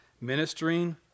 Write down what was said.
ministering